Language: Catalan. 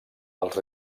als